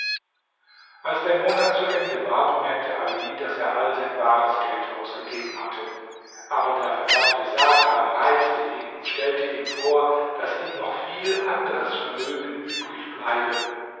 als der monat zu ende war bemerkte ali daß er all sein bares geld ausgegeben hatte aber der verdammte satan reizte ihn und stellte ihm vor daß ihm noch viel anderes vermögen übrig bleibe